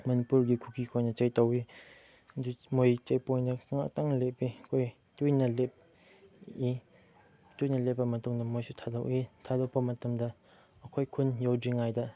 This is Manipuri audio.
ꯃꯅꯤꯄꯨꯔꯒꯤ ꯀꯨꯀꯤ ꯈꯣꯏꯅ ꯆꯦꯛ ꯇꯧꯏ ꯑꯗꯨ ꯃꯣꯏ ꯆꯦꯛ ꯄꯣꯏꯟꯗ ꯉꯥꯛꯇꯪ ꯂꯦꯞꯄꯦ ꯑꯩꯈꯣꯏ ꯀꯨꯏꯅ ꯂꯦꯞꯄꯤ ꯀꯨꯏꯅ ꯂꯦꯞꯄ ꯃꯇꯨꯡꯗ ꯃꯣꯏꯁꯨ ꯊꯥꯗꯣꯛꯏ ꯊꯥꯗꯣꯔꯛꯄ ꯃꯇꯝꯗ ꯑꯩꯈꯣꯏ ꯈꯨꯟ ꯌꯧꯗ꯭ꯔꯤꯉꯥꯏꯗ